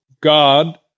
God